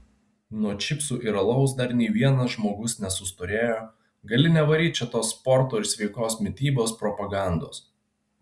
nuo čipsų ir alaus dar nei vienas žmogus nesustorėjo gali nevaryt čia tos sporto ir sveikos mitybos propagandos